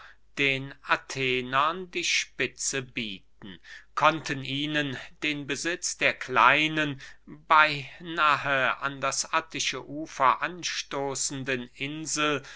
den athenern die spitze bieten konnten ihnen den besitz der kleinen beynahe an das attische ufer anstoßenden insel